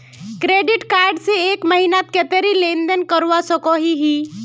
Credit card से एक महीनात कतेरी लेन देन करवा सकोहो ही?